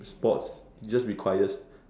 sports just requires